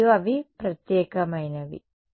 మరియు అవి ప్రత్యేకమైనవి